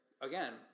Again